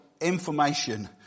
information